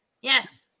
Yes